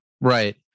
Right